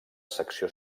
secció